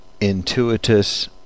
intuitus